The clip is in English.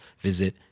visit